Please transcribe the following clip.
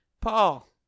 Paul